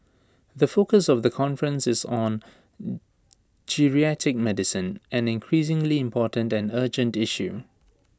the focus of the conference is on geriatric medicine an increasingly important and urgent issue